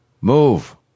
Move